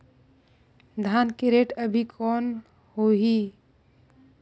धान के रेट अभी कौन होही?